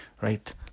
right